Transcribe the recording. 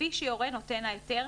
כפי שיורה נותן ההיתר,